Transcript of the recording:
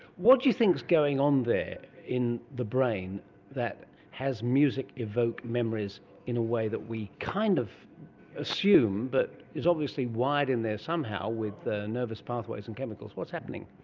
what do you think is going on there in the brain that has music-evoked memories in a way that we kind of assume but is obviously wired in there somehow with nervous pathways and chemicals. what's happening?